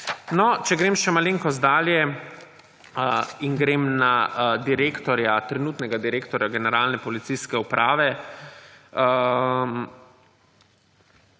Če grem še malenkost dalje in grem na direktorja, trenutnega direktorja Generalne policijske uprave,